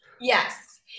yes